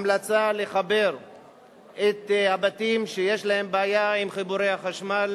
המלצה לחבר את הבתים שיש להם בעיה עם חיבורי החשמל.